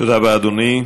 תודה רבה, אדוני.